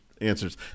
answers